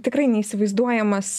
tikrai neįsivaizduojamas